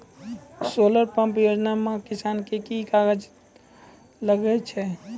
Solar pump योजना म किसान के की कागजात लागै छै?